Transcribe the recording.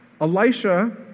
Elisha